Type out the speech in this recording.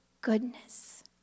goodness